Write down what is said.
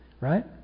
right